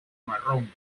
marrón